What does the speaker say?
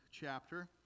chapter